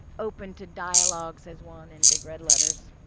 open to dialogue, says one in big red letters.